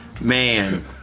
Man